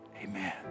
Amen